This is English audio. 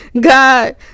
God